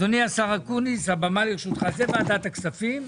אדוני השר אקוניס הבמה לרשותך, זה ועדת הכספים.